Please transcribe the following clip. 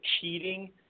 cheating